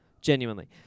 genuinely